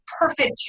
perfect